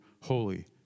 holy